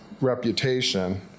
reputation